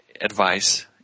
advice